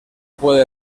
puede